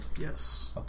Yes